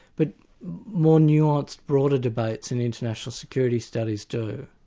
but more nuanced, broader debates and international security studies do.